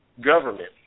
government